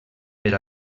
per